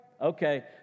Okay